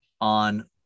on